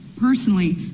personally